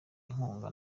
inkunga